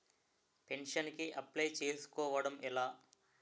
Pension కి apply చేసుకోవడం ఎలా?